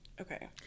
Okay